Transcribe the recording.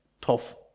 tough